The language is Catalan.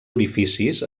orificis